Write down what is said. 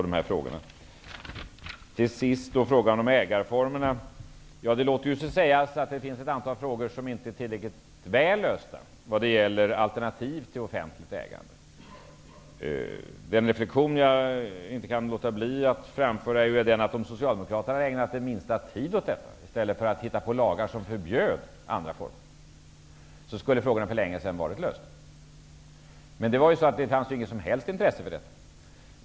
Det låter sig ju sägas att det finns ett antal frågor som inte är tillräckligt bra lösta när det gäller alternativ till offentligt ägande. Jag kan inte låta bli att göra den reflexionen att om Socialdemokraterna hade ägnat den minsta tid åt detta i stället för att hitta på lagar som förbjöd alternativa ägarformer, skulle frågorna för länge sedan ha varit lösta. Men det fanns ju inget som helst intresse för detta.